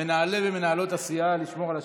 מנהלי ומנהלות הסיעה, לשמור על השקט,